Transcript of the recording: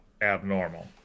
abnormal